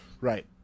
Right